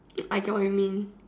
I get what you mean